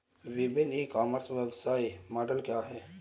विभिन्न e commerce व्यवसाय model क्या हैं?